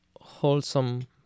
wholesome